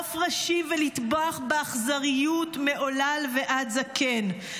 לערוף ראשים ולטבוח באכזריות מעולל ועד זקן.